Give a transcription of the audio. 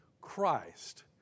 Christ